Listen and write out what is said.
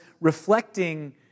reflecting